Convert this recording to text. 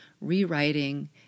rewriting